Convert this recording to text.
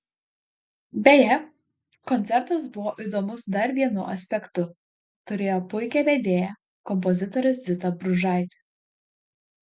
beje koncertas buvo įdomus dar vienu aspektu turėjo puikią vedėją kompozitorę zitą bružaitę